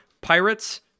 Pirates